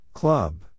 Club